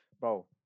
Bro